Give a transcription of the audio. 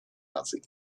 наций